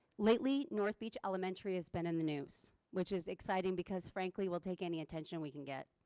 lately north beach elementary has been in the news which is exciting because frankly will take any attention we can get.